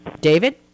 David